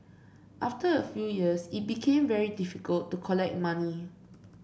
after a few years it became very difficult to collect money